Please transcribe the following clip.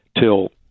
till